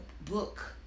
book